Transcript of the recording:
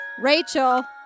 Rachel